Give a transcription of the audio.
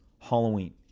Halloween